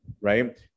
right